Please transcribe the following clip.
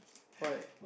what